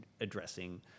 addressing